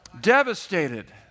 Devastated